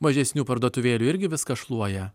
mažesnių parduotuvėlių irgi viską šluoja